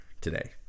today